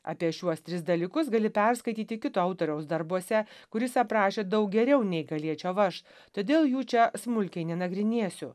apie šiuos tris dalykus gali perskaityti kito autoriaus darbuose kuris aprašė daug geriau nei galėčiau aš todėl jų čia smulkiai nenagrinėsiu